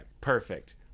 perfect